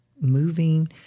moving